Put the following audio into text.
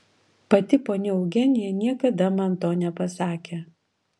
pati ponia eugenija niekada man to nepasakė